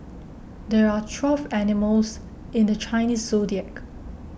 there are twelve animals in the Chinese zodiac